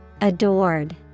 Adored